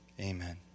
amen